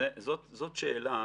זאת שאלה